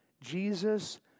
Jesus